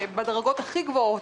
בדרגות הכי גבוהות,